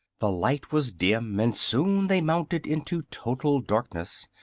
the light was dim, and soon they mounted into total darkness,